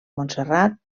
montserrat